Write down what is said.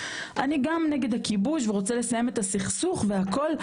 אני גם נגד הכיבוש ורוצה לסיים אל הסכסוך והכל,